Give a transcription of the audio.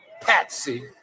patsy